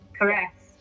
Correct